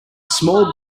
small